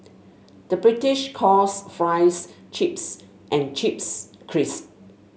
the British calls fries chips and chips crisps